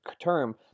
term